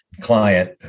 client